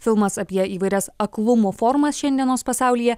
filmas apie įvairias aklumo formas šiandienos pasaulyje